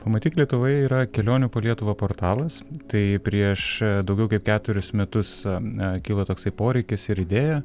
pamatyk lietuvoje yra kelionių po lietuvą portalas tai prieš daugiau kaip keturis metus a kilo toksai poreikis ir idėja